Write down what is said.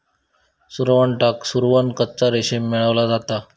सुरवंटाक सुकवन कच्चा रेशीम मेळवला जाता